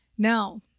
Now